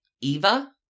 Eva